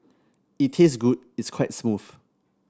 it tastes good it's quite smooth